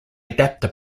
adapter